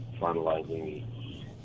finalizing